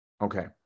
Okay